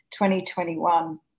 2021